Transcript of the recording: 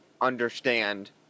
understand